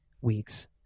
weeks